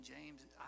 James